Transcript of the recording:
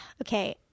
okay